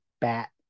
bat